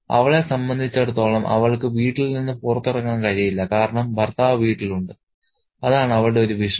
അവളെ സംബന്ധിച്ചിടത്തോളം അവൾക്ക് വീട്ടിൽ നിന്ന് പുറത്തിറങ്ങാൻ കഴിയില്ല കാരണം ഭർത്താവ് വീട്ടിലുണ്ട് അതാണ് അവളുടെ ഒരു വിഷമം